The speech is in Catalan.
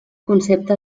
concepte